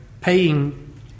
paying